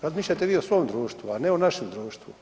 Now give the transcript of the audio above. Razmišljajte vi o svom društvu, a ne o našem društvu.